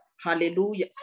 hallelujah